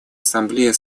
ассамблея